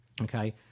okay